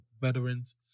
veterans